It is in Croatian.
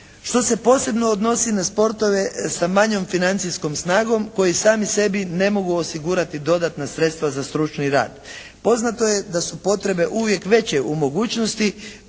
što se posebno odnosi na sportove sa manjom financijskom snagom koji sami sebi ne mogu osigurati dodatna sredstva za stručni rad. Poznato je da su potrebe uvijek veće u mogućnosti,